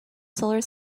solar